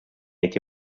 эти